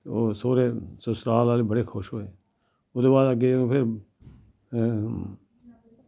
ओह् सौह्रे सुसराल ओह्ले बड़े खुश होेए ओह्दे बाद अग्गै फिर